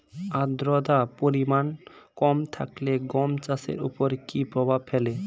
আদ্রতার পরিমাণ কম থাকলে গম চাষের ওপর কী প্রভাব ফেলে?